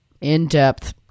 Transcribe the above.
in-depth